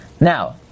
Now